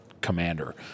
commander